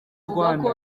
rwanda